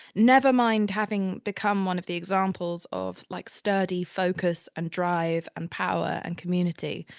nevermind having become one of the examples of like study, focus and drive and power and community.